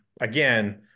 again